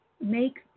make